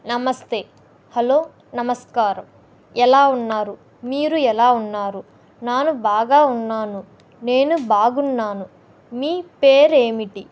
నమస్తే హలో నమస్కారం ఎలా ఉన్నారు మీరు ఎలా ఉన్నారు నేను బాగా ఉన్నాను నేను బాగున్నాను మీ పేరు ఏమిటి